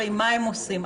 עושים.